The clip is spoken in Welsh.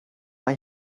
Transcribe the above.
mae